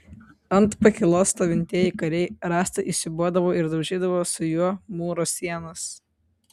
ant pakylos stovintieji kariai rąstą įsiūbuodavo ir daužydavo su juo mūro sienas